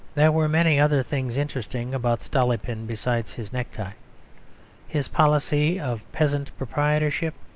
there were many other things interesting about stolypin besides his necktie his policy of peasant proprietorship,